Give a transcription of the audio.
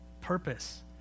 purpose